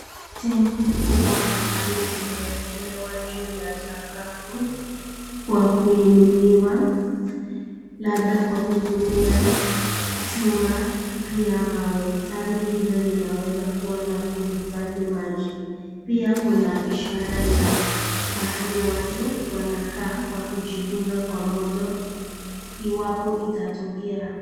Tanki kubwa ambalo limewekelewa juu ya sakafu kwa kuinuliwa labda kwa kutumia chuma pia mawe. Tanki hilo linaweza kuwa la kuhifadhi maji. Pia kuna ishara ya mahali watu wanakaa kwa kujikinga kwa moto iwapo itatokea.